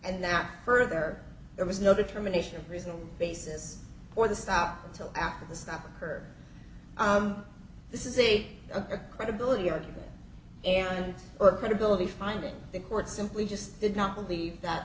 and that further there was no determination of reasonable basis for the stuff until after the stop occurred this is a a credibility argument and credibility finding the court simply just did not believe that